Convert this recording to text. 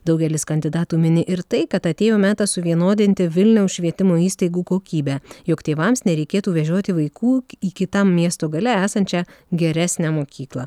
daugelis kandidatų mini ir tai kad atėjo metas suvienodinti vilniaus švietimo įstaigų kokybę jog tėvams nereikėtų vežioti vaikų į kitam miesto gale esančią geresnę mokyklą